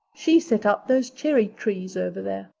she set out those cherry trees over there,